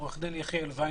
אני עו"ד ד"ר יחיאל וינרוט,